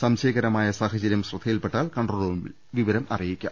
സംശയകരമായ സാഹചരൃം ശ്രദ്ധയിൽപ്പെട്ടാൽ കൺട്രോൾ റൂമിൽ അറിയിക്കാം